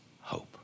hope